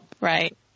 Right